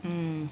mm